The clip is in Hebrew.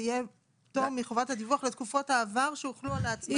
יהיה פטור מחובת הדיווח לתקופת העבר שהוחלו על עצמאים.